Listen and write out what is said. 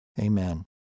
Amen